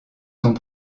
sont